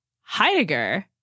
Heidegger